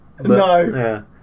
No